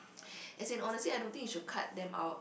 as in honestly I don't think you should cut them out